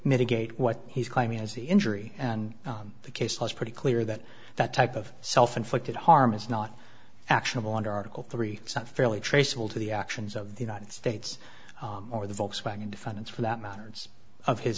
mitigate what he's claiming as the injury and the case was pretty clear that that type of self inflicted harm is not actionable under article three some fairly traceable to the actions of the united states or the volkswagen defendants for that moderns of his